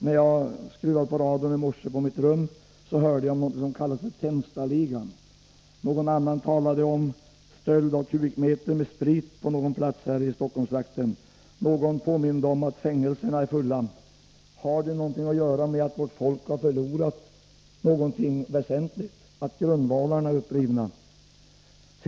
När jag skruvade på radion på mitt rum i morse hörde jag om något som kallades för Tenstaligan, någon annan talade om stöld i kubikmeter av sprit på någon plats här i Stockholmstrakten, och någon påminde om att fängelserna är fulla. Har det något att göra med att vårt folk har förlorat någonting väsentligt, att grundvalarna är upprivna?